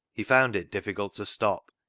he found it difficult to stop,